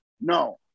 no